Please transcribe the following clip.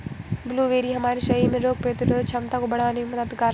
blueberry हमारे शरीर में रोग प्रतिरोधक क्षमता को बढ़ाने में मददगार है